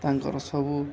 ତାଙ୍କର ସବୁ